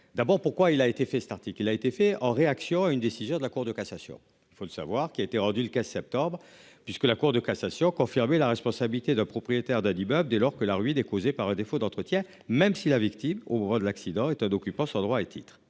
D'abord pourquoi il a été fait cet article a été fait en réaction à une décision de la Cour de cassation. Il faut le savoir, qui a été rendu le 4 septembre, puisque la Cour de cassation confirmer la responsabilité de propriétaire d'immeuble dès lors que la. Par défaut d'entretien, même si la victime au de l'accident est un occupants sans droit et titre,